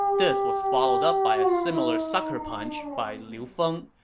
this was followed up by a similar sucker punch by liu feng,